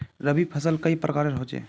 रवि फसल कई प्रकार होचे?